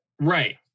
Right